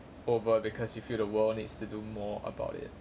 over because you feel the world needs to do more about it